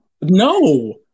No